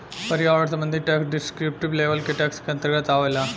पर्यावरण संबंधी tax descriptive level के टैक्स के अंतर्गत आवेला